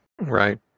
Right